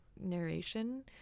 narration